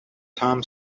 tom